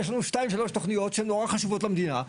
יש לנו שתיים-שלוש תוכניות שהן נורא חשובות למדינה,